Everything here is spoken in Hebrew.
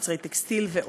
מוצרי טקסטיל ועוד.